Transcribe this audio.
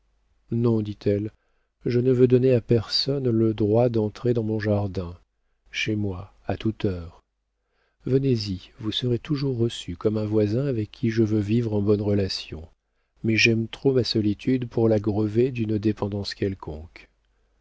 non dit-elle je ne veux donner à personne le droit d'entrer dans mon jardin chez moi à toute heure venez-y vous serez toujours reçu comme un voisin avec qui je veux vivre en bonnes relations mais j'aime trop ma solitude pour la grever d'une dépendance quelconque